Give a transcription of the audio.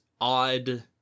odd